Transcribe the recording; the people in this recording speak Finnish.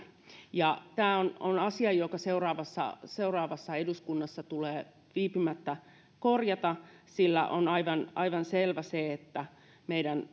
tämä on on asia joka seuraavassa seuraavassa eduskunnassa tulee viipymättä korjata sillä on aivan aivan selvä se että meidän